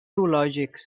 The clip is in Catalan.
zoològics